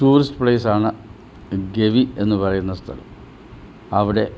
tourist place ആണ് ഗവി എന്നു പറയുന്ന സ്ഥലം അവിടെ